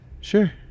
Sure